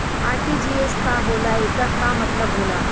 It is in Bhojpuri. आर.टी.जी.एस का होला एकर का मतलब होला?